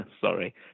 Sorry